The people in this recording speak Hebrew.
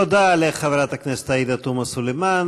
תודה לחברת הכנסת עאידה תומא סלימאן.